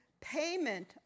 payment